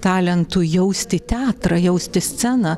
talentu jausti teatrą jausti sceną